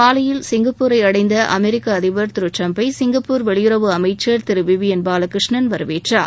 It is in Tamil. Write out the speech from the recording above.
மாலையில் சிங்கப்பூரை அடைந்த அமெரிக்க அதிபர் திரு டிரம்பை சிங்கப்பூர் வெளியுறவு அமைச்சர் திரு விவியன் பாலகிருஷ்ணன் வரவேற்றார்